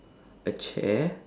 a chair